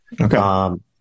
Okay